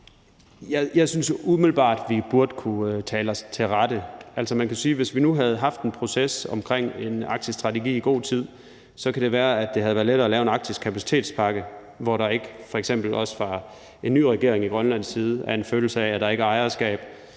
Jeg synes jo umiddelbart, vi burde kunne tale os til rette. Man kan jo sige, at det, hvis vi nu havde haft en proces omkring en arktisk strategi i god tid, så kan være, at det havde været lettere at lave en arktisk kapacitetspakke, hvor der f.eks. ikke også fra en ny regering i Grønlands side er en følelse af, at der ikke er ejerskab.